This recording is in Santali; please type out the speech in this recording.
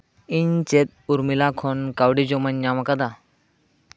ᱤᱧ ᱪᱮᱫ ᱩᱨᱢᱤᱞᱟ ᱠᱷᱚᱱ ᱠᱟᱹᱣᱰᱤ ᱡᱚᱢᱟᱧ ᱧᱟᱢ ᱠᱟᱫᱟ